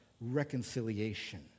reconciliation